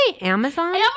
Amazon